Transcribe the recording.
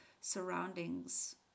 surroundings